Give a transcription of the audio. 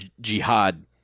Jihad